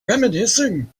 reminiscing